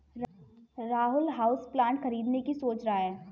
Rahul houseplant खरीदने की सोच रहा है